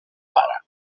pare